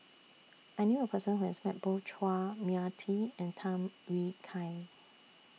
I knew A Person Who has Met Both Chua Mia Tee and Tham Yui Kai